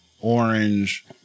orange